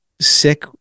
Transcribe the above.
sick